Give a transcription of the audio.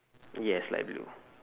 yes light blue